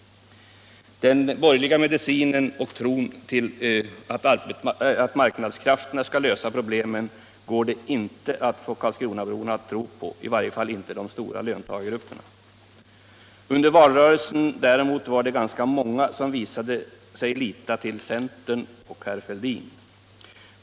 Den borgerliga medicinen att marknadskrafterna skall lösa problemen går det inte att få Karlskronaborna att tro på, i varje fall inte de stora löntagargrupperna där. Under valrörelsen däremot var det ganska många som visade sig lita till centern och herr Fälldin.